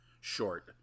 short